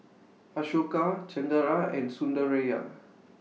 Ashoka Chengara and Sundaraiah